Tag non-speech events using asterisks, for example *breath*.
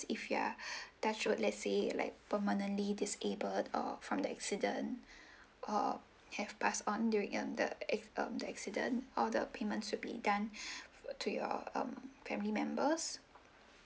if you are *breath* there should let say like permanently disabled or from the accident or have passed on during um the acc~ um the accident all the payments should be done *breath* to your um family members